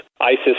ISIS